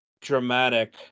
dramatic